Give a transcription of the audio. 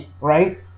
right